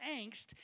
angst